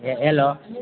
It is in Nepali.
हे हेलो